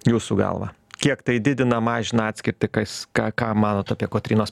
jūsų galva kiek tai didina mažina atskirtį kas ką ką manot apie kotrynos